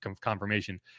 confirmation